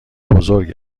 بزرگ